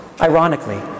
Ironically